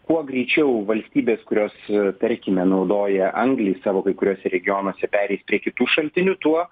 kuo greičiau valstybės kurios tarkime naudoja anglį savo kai kuriuose regionuose pereis prie kitų šaltinių tuo